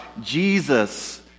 Jesus